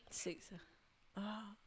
six ah ah